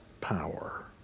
power